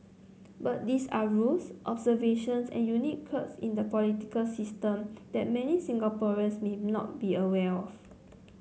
but these are rules observations and unique quirks in a political system that many Singaporeans may not be aware of